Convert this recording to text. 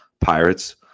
Pirates